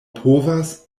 povas